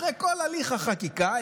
אחרי כל הליך החקיקה,